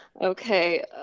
Okay